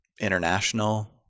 international